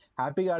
happy